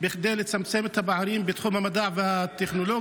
כדי לצמצם את הפערים בתחום המדע והטכנולוגיה?